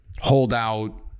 holdout